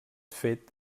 fet